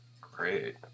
Great